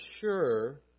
sure